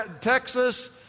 texas